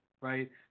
right